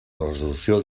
resolució